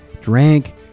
drank